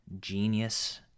genius